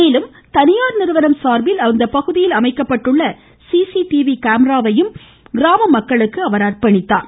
மேலும் தனியார் நிறுவனம் சார்பில் அப்பகுதியில் அமைக்கப்பட்டுள்ள ஊஊவுஏ காமிராவையும் கிராம மக்களுக்கு அர்ப்பணித்தார்